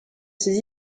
ses